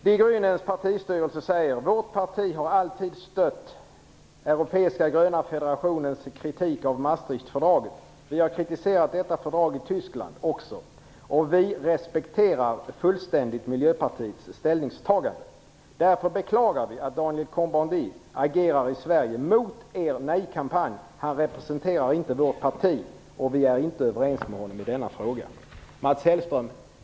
Die Grünens partistyrelse säger följande: "Vårt parti har alltid stött Europeiska Gröna Federationens kritik av Maastrichtfördraget. Vi har kritiserat fördraget i Tyskland. Vi respekterar fullständigt Miljöpartiets ställningstagande. Därför beklagar vi att Daniel Cohn-Bendit agerar i Sverige mot er nejkampanj. Han representerar inte vårt parti, och vi är inte ens överens med honom i denna fråga." Mats Hellström!